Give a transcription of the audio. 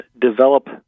develop